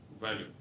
value